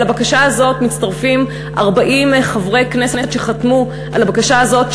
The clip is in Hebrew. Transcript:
לבקשה הזאת מצטרפים 40 חברי כנסת שחתמו על הבקשה הזאת,